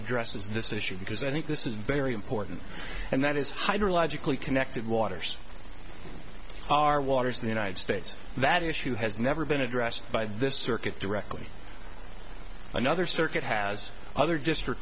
issue because i think this is very important and that is hydrological connected waters our waters the united states that issue has never been addressed by this circuit directly another circuit has other district